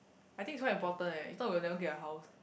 I think it's quite important leh if not we will never get a house